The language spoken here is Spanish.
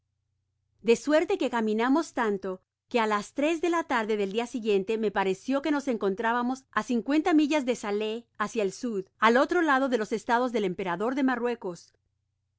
de suerte que caminamos tanto que á las tres de la tarde del siguiente dia me pareció que nos encontrábamos á cincuenta millas de salé hácia el sud al otro lado de los estados del emperador de marruecos